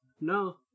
no